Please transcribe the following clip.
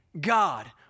God